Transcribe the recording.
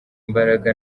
imbaraga